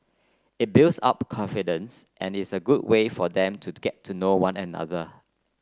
it builds up confidence and is a good way for them to get to know one another